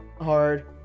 hard